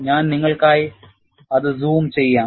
ഞാൻ നിങ്ങൾക്കായി അത് സൂം ചെയ്യാം